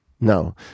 No